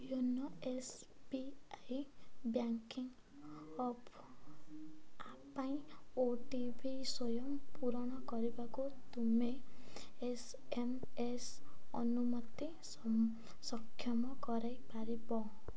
YONO S B I banking app ପାଇଁ O T P ସ୍ଵୟଂ ପୂରଣ କରିବାକୁ ତୁମେ ଏସ୍ ଏମ୍ ଏସ୍ ଅନୁମତି ସକ୍ଷମ କରାଇପାରିବ